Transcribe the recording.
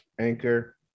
anchor